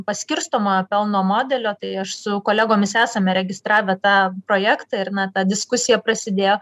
paskirstomojo pelno modelio tai aš su kolegomis esame registravę tą projektą ir na ta diskusija prasidėjo